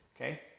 Okay